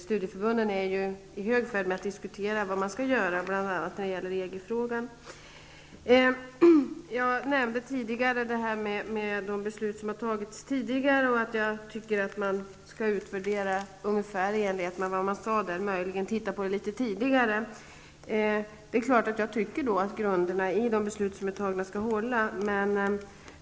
Studieförbunden är ju i färd med att diskutera vad man skall göra bl.a. när det gäller Jag nämnde de beslut som har fattats tidigare och att jag tycker att man skall utvärdera i enlighet med vad som har sagts, möjligen att det skall ske något tidigare. Jag tycker att grunderna för de beslut som har fattats skall hålla.